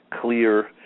clear